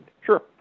Sure